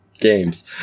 games